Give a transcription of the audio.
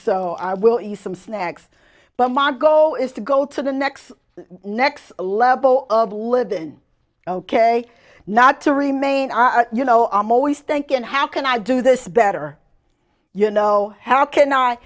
so i will use some snacks but mongo is to go to the next next level of living ok not to remain are you know i'm always thinking how can i do this better you know how can i